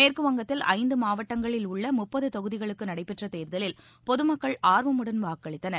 மேற்குவங்கத்தில் ஐந்து மாவட்டங்களில் உள்ள முப்பது தொகுதிகளுக்கு நடைபெற்ற தேர்தலில் பொதுமக்கள் ஆர்வமுடன் வாக்களித்தனர்